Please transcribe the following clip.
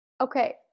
Okay